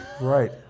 Right